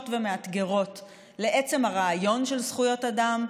ומאתגרות לעצם הרעיון של זכויות אדם,